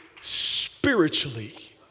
spiritually